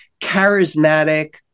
charismatic